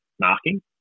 marking